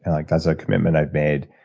and like that's ah commitment i've made.